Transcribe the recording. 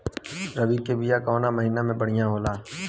रबी के बिया कवना महीना मे बढ़ियां होला?